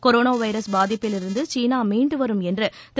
corona virus பாதிப்பிலிருந்து சீனா மீண்டு வரும் என்று திரு